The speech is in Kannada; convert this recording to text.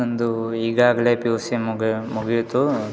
ನಂದು ಈಗಾಗಲೆ ಪಿ ಯು ಸಿ ಮುಗ್ಯ ಮುಗೀತು